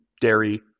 dairy